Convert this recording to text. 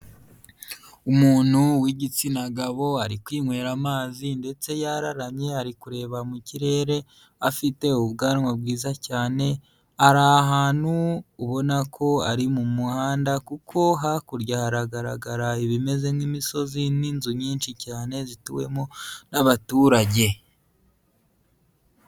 Umuntu w'igitsina gabo ari kwinywera amazi ndetse yararamye ari kureba mu kirere, afite ubwanwa bwiza cyane, ari ahantu ubona ko ari mu muhanda kuko hakurya haragaragara ibimeze nk'imisozi n'inzu nyinshi cyane zituwemo n'abaturage.